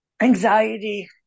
Anxiety